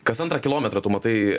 kas antrą kilometrą tu matai